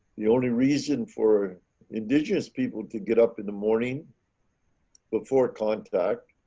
the only reason for indigenous people to get up in the morning before contact